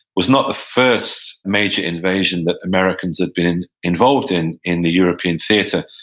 was not the first major invasion that americans had been involved in in the european theater.